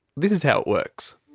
this is how it works.